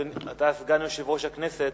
אתה סגן יושב-ראש הכנסת,